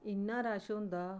इ'न्ना रश होंदा